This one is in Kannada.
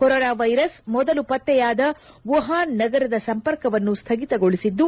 ಕೊರೋನಾ ವೈರಸ್ ಮೊದಲು ಪತ್ತೆಯಾದ ವುಹಾನ್ ನಗರದ ಸಂಪರ್ಕವನ್ನು ಸ್ವಗಿತಗೊಳಿಸಿದ್ದು